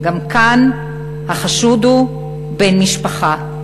גם כאן החשוד הוא בן משפחה.